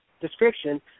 description